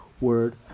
word